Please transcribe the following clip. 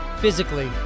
Physically